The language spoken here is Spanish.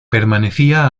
permanecía